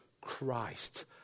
christ